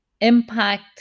impact